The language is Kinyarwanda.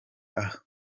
aha